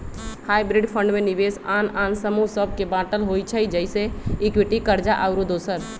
hybrid fund में निवेश आन आन समूह सभ में बाटल होइ छइ जइसे इक्विटी, कर्जा आउरो दोसर